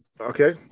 okay